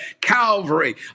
Calvary